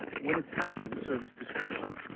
when attaching a service description,